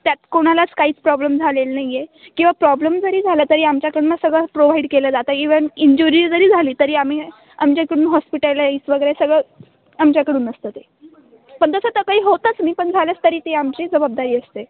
त्यात कोणालाच काहीच प्रॉब्लेम झालेला नाही आहे किंवा प्रॉब्लेम जरी झाला तरी आमच्याकडनंच सगळं प्रोव्हाईड केलं जातं ईव्हन इंज्युरी जरी झाली तरी आम्ही आमच्या इकडून हॉस्पिटलाईज वगैरे सगळं आमच्याकडून असतं ते पण तसं तर काही होतच नाही पण झालंच तरी ती आमची जवाबदारी असते